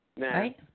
right